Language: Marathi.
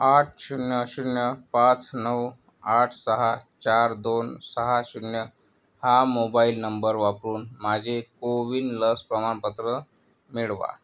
आठ शून्य शून्य पाच नऊ आठ सहा चार दोन सहा शून्य हा मोबाईल नंबर वापरून माझे कोविन लस प्रमाणपत्र मिळवा